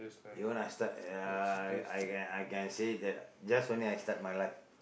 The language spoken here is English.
you want to start ya I can I can I can say that just only I start my life